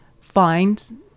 find